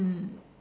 mm